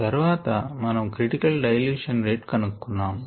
తర్వాత మనము critical dilution rate కనుక్కున్నాము